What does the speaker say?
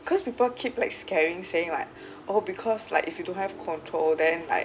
because people keep like scaring saying like oh because like if you don't have control then like